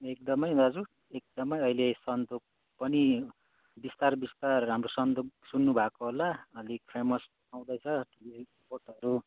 एकदमै दाजु एकदमै अहिले सन्दुक पनि बिस्तारै बिस्तार हाम्रो सन्दुक सुन्नुभएको होला अलिक फेमस आउँदैछ रिपोर्टहरू